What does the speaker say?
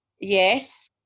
Yes